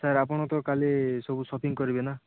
sir ଆପଣ ତ କାଲି ସବୁ ସପିଙ୍ଗ୍ କରିବେ ନା